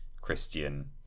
Christian